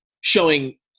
showing